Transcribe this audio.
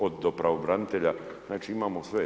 Od do pravobranitelja, znači imamo sve.